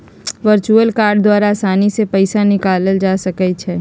virtual card द्वारा असानी से पइसा निकालल जा सकइ छै